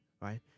right